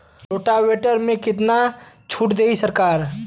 Rotavator में कितना छूट सरकार देही?